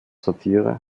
satire